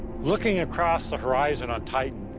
looking across the horizon on titan,